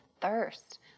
thirst